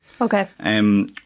Okay